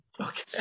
Okay